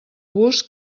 bus